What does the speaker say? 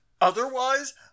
otherwise